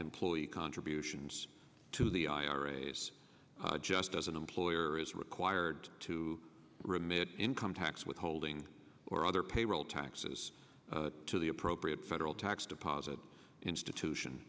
employee contributions to the iras just as an employer is required to remit income tax withholding or other payroll taxes to the appropriate federal tax deposit institution